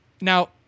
now